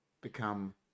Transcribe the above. become